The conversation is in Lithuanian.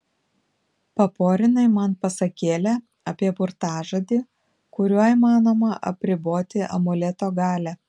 paporinai man pasakėlę apie burtažodį kuriuo įmanoma apriboti amuleto galią